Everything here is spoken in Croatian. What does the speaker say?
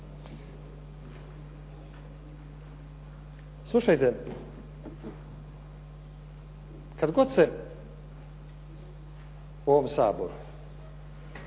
Slušajte, kad god se u ovom Saboru